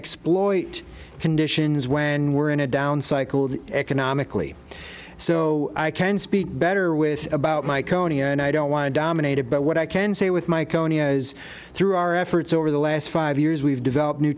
exploit conditions when we're in a down cycle economically so i can speak better with about my county and i don't want to dominate it but what i can say with my county is through our efforts over the last five years we've